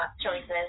choices